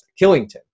Killington